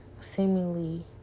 seemingly